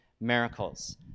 miracles